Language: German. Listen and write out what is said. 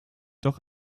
doch